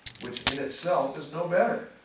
which in itself is no better.